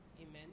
Amen